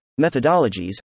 methodologies